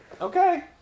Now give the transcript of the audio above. okay